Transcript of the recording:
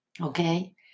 okay